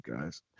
guys